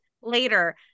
later